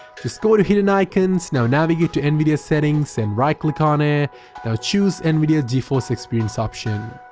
just go to hidden icons, now navigate to nvidia settings and right click on it, now choose nvidia geforce experience option.